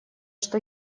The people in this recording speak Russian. что